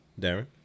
darren